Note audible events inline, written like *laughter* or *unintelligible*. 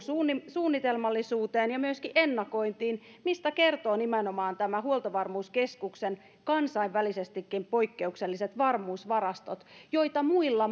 suunnitelmallisuuteen ja myöskin ennakointiin mistä kertovat nimenomaan nämä huoltovarmuuskeskuksen kansainvälisestikin poikkeukselliset varmuusvarastot joita muilla *unintelligible*